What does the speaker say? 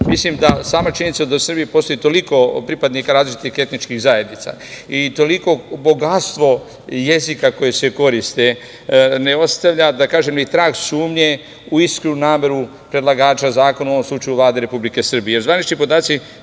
mislim da sama činjenica da u Srbiji postoji toliko pripadnika različitih etničkih zajednica i toliko bogatstvo jezika koji se koriste, ne ostavlja, da kažem, ni trag sumnje u iskrenu nameru predlagača zakona, u ovom slučaju Vlade Republike